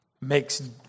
makes